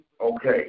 Okay